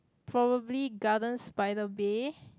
probably Gardens-by-the-Bay